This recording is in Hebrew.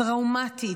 טראומטית,